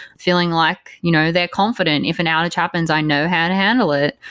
feeling like you know they're confident. if an outage happens, i know how to handle it.